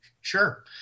Sure